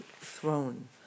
throne